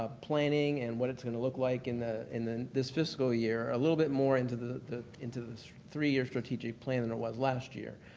ah planning and what it's going to look like in the in this fiscal year a little bit more into the into this three-year strategic plan than it was last year.